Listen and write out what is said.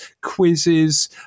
quizzes